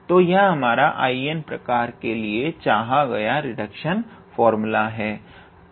तो यह हमारा 𝐼𝑛 प्रकार के लिए चाहा गया रिडक्शन फार्मूला है